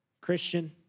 Christian